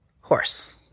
horse